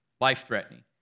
Life-threatening